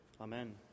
Amen